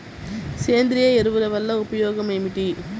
సేంద్రీయ ఎరువుల వల్ల ఉపయోగమేమిటీ?